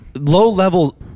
low-level